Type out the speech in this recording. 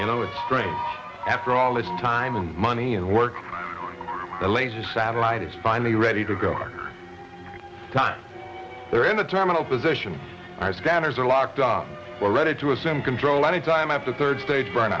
you know it's strange after all this time and money and work the latest satellite is finally ready to go on time they're in the terminal position as vendors are locked up or ready to assume control any time after third stage burn